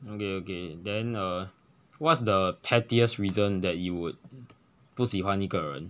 okay okay then err what's the pettiest reason that you would 不喜欢一个人